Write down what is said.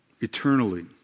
eternally